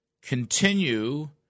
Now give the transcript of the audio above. continue